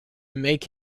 make